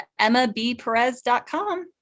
EmmaBPerez.com